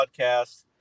podcast